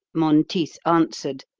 monteith answered,